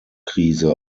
krise